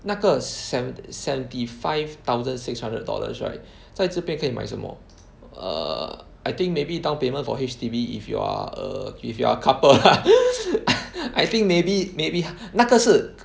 那个 seventy seventy five thousand six hundred dollars right 在这边可以买什么 err I think maybe down payment for H_D_B if you are err if you are a couple I think maybe maybe 那个是